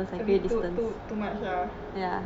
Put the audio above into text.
don't be too too too much lah